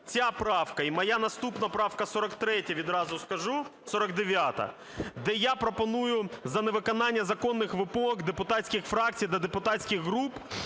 ця правка і моя наступна правка 43, відразу скажу, 49-а, де я пропоную за невиконання законних вимог депутатських фракцій та депутатських груп,